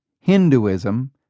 Hinduism